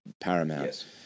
paramount